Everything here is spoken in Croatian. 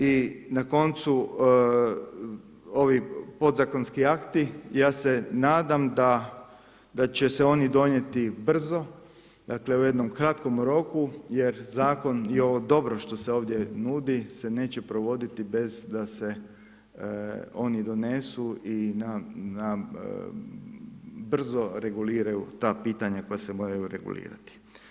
I na koncu ovi podzakonski akti, ja se nadam da će se oni donijeti brzo, dakle u jednom kratkom roku jer zakon i ovo dobro što se ovdje nudi se neće provoditi bez da se oni donesu i brzo reguliraju ta pitanja koja se moraju regulirati.